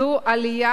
זו עלייה